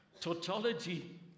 Tautology